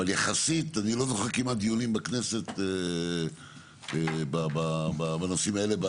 אבל יחסית אני לא זוכר כמעט דיונים בכנסת בנושאים האלה,